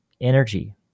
energy